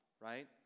right